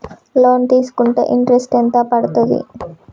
Loan తీస్కుంటే interest ఎంత పడ్తది?